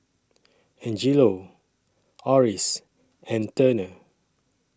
Angelo Oris and Turner